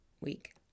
week